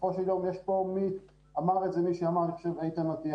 בסופו של יום אני חושב שאמר את זה איתן אטיה